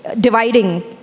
dividing